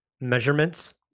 measurements